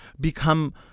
become